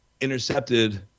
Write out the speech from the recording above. intercepted